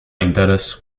interes